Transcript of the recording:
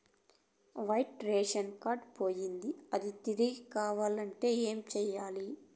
white ration card పోయింది అది తిరిగి కావాలంటే ఏం సేయాలి